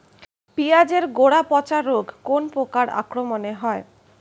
পিঁয়াজ এর গড়া পচা রোগ কোন পোকার আক্রমনে হয়?